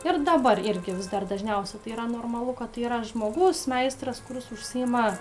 ir dabar irgi vis dar dažniausia tai yra normalu kad yra žmogus meistras kuris užsiima